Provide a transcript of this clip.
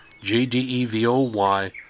j-d-e-v-o-y